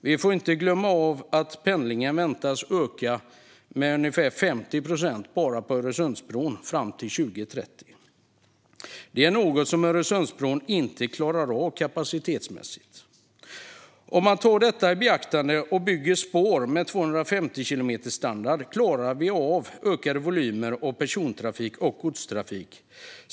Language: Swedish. Vi får inte glömma att pendlingen väntas öka med ungefär 50 procent bara på Öresundsbron fram till 2030, något som Öresundsbron inte klarar av kapacitetsmässigt. Om man tar detta i beaktande och bygger spår med en standard på 250 kilometer i timmen klarar vi av ökade volymer av persontrafik och godstrafik.